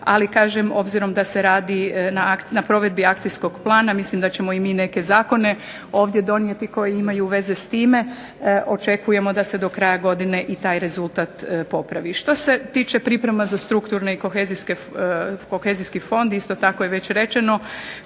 ali kažem obzirom da se radi na provedbi akcijskog plana, mislim da ćemo i mi neke zakone ovdje donijeti koji imaju veze s time. Očekujemo da se do kraja godine i taj rezultat popravi. Što se tiče priprema za strukturne i kohezijski fond isto tako je već rečeno